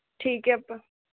ਠੀਕ ਹੈ ਆਪਾਂ